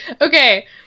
Okay